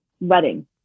wedding